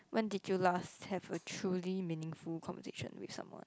when did you last have a truly meaningful conversation with someone